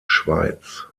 schweiz